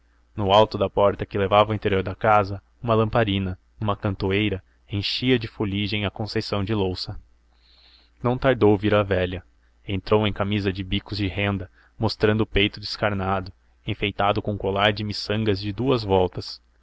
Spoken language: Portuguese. no alto da porta que levava ao interior da casa uma lamparina numa cantoneira enchia de fuligem a conceição de louça não tardou vir a velha entrou em camisa de bicos de rendas mostrando o peito descarnado enfeitado com um colar de miçangas de duas voltas